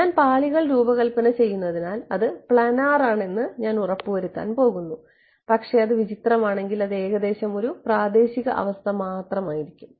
ഞാൻ പാളികൾ രൂപകൽപ്പന ചെയ്യുന്നതിനാൽ അത് പ്ലാനാർ ആണെന്ന് ഞാൻ ഉറപ്പുവരുത്താൻ പോകുന്നു പക്ഷേ അത് വിചിത്രമാണെങ്കിൽ അത് ഏകദേശം ഒരു പ്രാദേശിക അവസ്ഥ മാത്രമായിരിക്കും